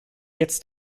jetzt